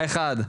האחד,